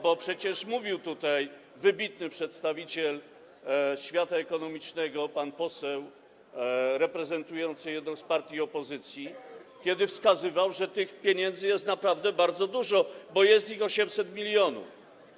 Bo przecież mówił tutaj o tym wybitny przedstawiciel świata ekonomicznego, pan poseł reprezentujący jedną z partii opozycji, kiedy wskazywał, że tych pieniędzy jest naprawdę bardzo dużo, bo jest ich 800 mln.